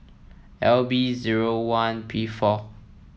L B zero one P four